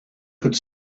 could